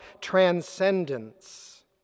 transcendence